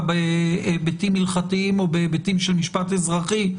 בהיבטים הלכתיים או בהיבטים של משפט אזרחי,